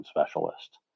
specialist